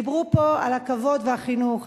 דיברו פה על הכבוד והחינוך,